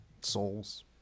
Souls